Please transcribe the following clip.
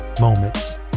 moments